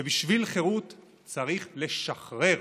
ובשביל חירות צריך לשחרר,